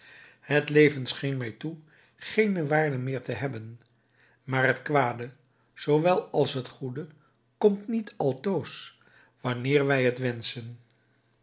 het leven scheen mij toe geene waarde meer te hebben maar het kwade zoo wel als het goede komt niet altoos wanneer wij het wenschen